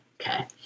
Okay